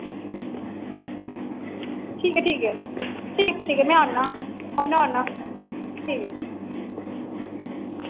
ठीक ऐ ठीक ऐ ठीक ठीक ऐ मैं आना आना आना ठीक ऐ